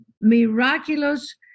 miraculous